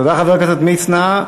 תודה, חבר הכנסת מצנע.